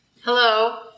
Hello